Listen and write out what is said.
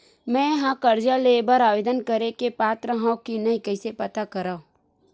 मेंहा कर्जा ले बर आवेदन करे के पात्र हव की नहीं कइसे पता करव?